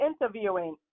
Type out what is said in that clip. interviewing